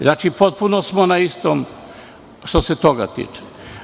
Znači, potpuno samo na istom što se toga tiče.